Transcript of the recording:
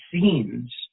scenes